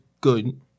good